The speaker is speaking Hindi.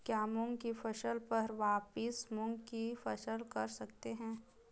क्या मूंग की फसल पर वापिस मूंग की फसल कर सकते हैं?